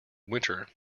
winter